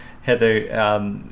Heather